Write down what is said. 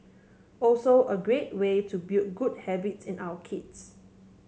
also a great way to build good habits in our kids